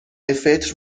فطر